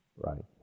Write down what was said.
right